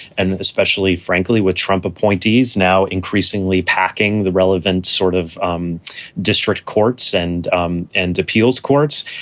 and especially, frankly, with trump appointees now increasingly packing the relevant sort of um district courts and um and appeals courts.